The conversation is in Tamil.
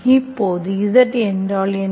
இப்போது Z என்றால் என்ன